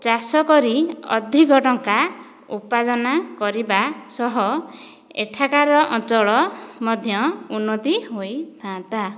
ଚାଷ କରି ଅଧିକ ଟଙ୍କା ଉପାର୍ଜନା କରିବା ସହ ଏଠାକାର ଅଞ୍ଚଳ ମଧ୍ୟ ଉନ୍ନତି ହୋଇଥାନ୍ତା